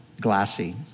glassy